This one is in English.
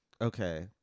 Okay